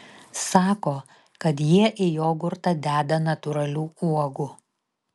sako kad jie į jogurtą deda natūralių uogų